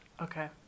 Okay